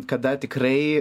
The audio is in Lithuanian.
kada tikrai